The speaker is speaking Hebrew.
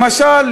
למשל,